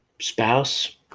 spouse